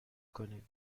کنیم